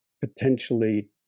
potentially